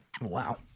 Wow